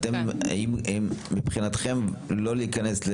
האם מבחינתכם לא להיכנס?